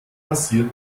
passiert